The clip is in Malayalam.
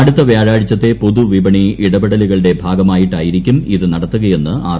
അടുത്ത വ്യാഴാഴ്ചത്തെ പൊതു വിപണി ഇടപെടലുകളുടെ ഭാഗമായിട്ടായിരിക്കും ഇത് നടത്തുകയെന്ന് ആർ